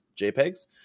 jpegs